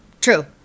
True